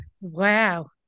Wow